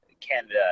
Canada